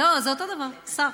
לא, זה אותו הדבר, שר.